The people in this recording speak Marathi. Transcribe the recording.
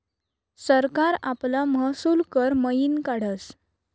सरकार आपला महसूल कर मयीन काढस